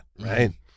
right